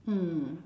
mm